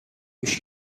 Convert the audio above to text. گوش